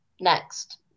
next